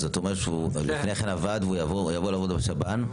זאת אומרת שהוא לפני כן עבד והוא יבוא לעבוד בשב"ן,